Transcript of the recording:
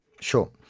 Sure